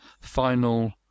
final